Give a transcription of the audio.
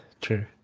true